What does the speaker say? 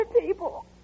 people